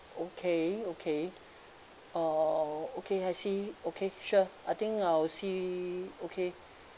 okay okay uh okay I see okay sure I think I'll see okay